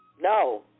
No